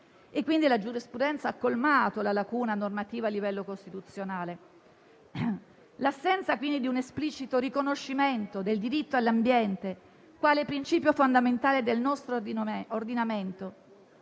La giurisprudenza ha colmato quindi la lacuna normativa a livello costituzionale. L'assenza quindi di un esplicito riconoscimento del diritto all'ambiente, quale principio fondamentale del nostro ordinamento,